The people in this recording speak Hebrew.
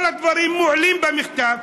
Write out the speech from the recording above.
כל הדברים מועלים במכתב.